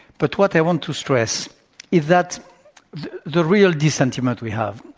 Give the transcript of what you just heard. but what i want to stress is that the real dissentiment we have,